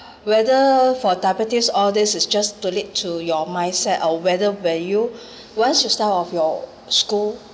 whether for diabetes all this is just to lead to your mindset or whether were you once you start off your school